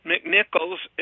McNichols